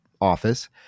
office